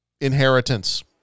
inheritance